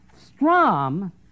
Strom